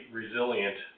resilient